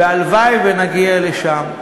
והלוואי שנגיע לשם.